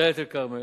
דאלית-אל-כרמל,